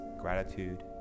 gratitude